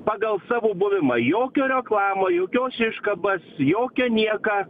pagal savo buvimą jokia reklama jokios iškabos jokio nieką